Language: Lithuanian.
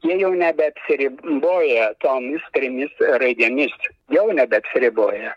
jie jau nebeapsiriboja tomis trimis raidėmis jau nebeapsiriboja